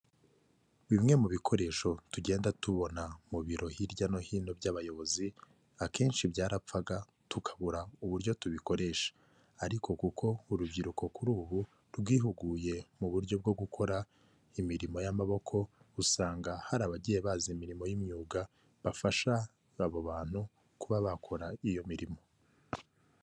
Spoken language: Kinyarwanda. Bimwe mu bikoresho tugenda tubona mu biro hirya no hino by'abayobozi, akenshi byarapfaga tukabura uburyo tubikoresha, ariko kuko urubyiruko kuri ubu rwihuguye mu buryo bwo gukora imirimo y'amaboko, usanga hari abagiye bazazi imirimo y'imyuga, bafasha abo bantu kuba bakora iyo mirimo.